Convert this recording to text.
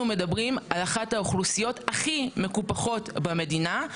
אנחנו מדברים על אחת האוכלוסיות הכי מקופחות במדינה,